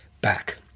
back